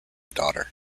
daughter